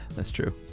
that's true.